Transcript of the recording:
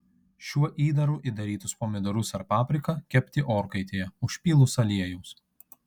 šiuo įdaru įdarytus pomidorus ar papriką kepti orkaitėje užpylus aliejaus